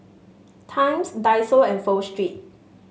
Times Daiso and Pho Street